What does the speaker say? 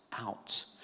out